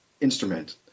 instrument